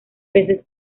peces